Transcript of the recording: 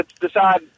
decide